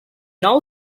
now